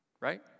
right